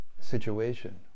situation